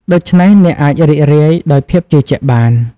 ដូច្នេះ អ្នកអាចរីករាយដោយភាពជឿជាក់បាន។